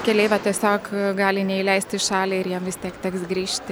keleivio tiesiog gali neįleisti į šalį ir jam vis tiek teks grįžti